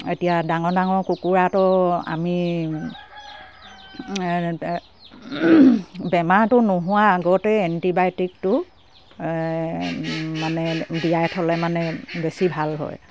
এতিয়া ডাঙৰ ডাঙৰ কুকুৰাটো আমি বেমাৰটো নোহোৱা আগতেই এণ্টিবায়'টিকটো মানে দিয়াই থ'লে মানে বেছি ভাল হয়